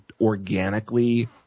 organically